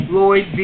Lloyd